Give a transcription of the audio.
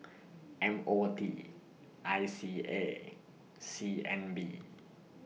M O T I C A C N B